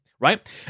right